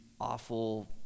awful